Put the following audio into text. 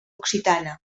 occitana